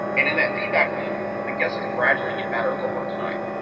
and in that feedback loop, the guesses gradually get better over time.